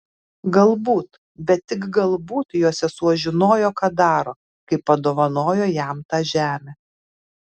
galbūt bet tik galbūt jo sesuo žinojo ką daro kai padovanojo jam tą žemę